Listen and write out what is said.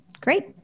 Great